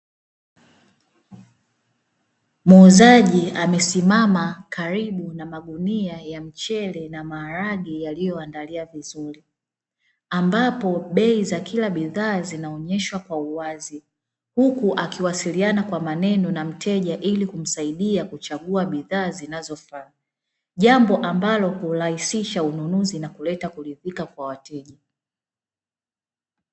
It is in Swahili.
Muuzaji amesimama karibu na maguni ya mchele na maharage yaliyoandaliwa vizuri. Ambapo bei za kila bidhaa zinaonyeshwa kwa uwazi, huku akiwasiliana kwa maneno na mteja ili kumsaidia kuchagua bidhaa zinazofaa. Jambo ambalo hurahisisha ununuzi na kuleta kuridhika kwa wateja.